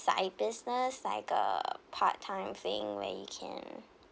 side business like a part time thing where you can